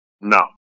No